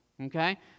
Okay